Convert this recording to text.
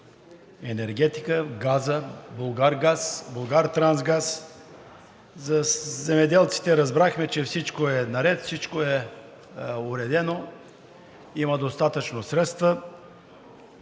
„Енергетика“ – газа, „Булгаргаз“, „Булгартрансгаз“. За земеделците разбрахме, че всичко е наред, всичко е уредено, има достатъчно средства,